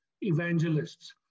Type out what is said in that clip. evangelists